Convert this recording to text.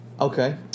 Okay